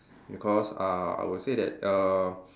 because uh I would say that err